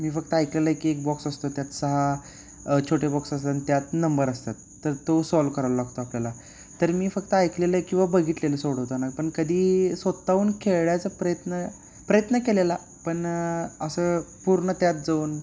मी फक्त ऐकलेलं आहे की एक बॉक्स असतो त्यात सहा छोटे बॉक्स असतात आणि त्यात नंबर असतात तर तो सॉल्व करायला लागतो आपल्याला तर मी फक्त ऐकलेलं आहे किंवा बघितलेलं सोडवताना पण कधी स्वत हून खेळायचा प्रयत्न प्रयत्न केलेला पण असं पूर्ण त्यात जाऊन